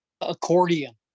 accordion